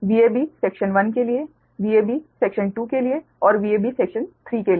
Vab section 1 के लिए Vab section 2 के लिए और Vab सेक्शन 3 के लिए